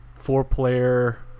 four-player